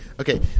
Okay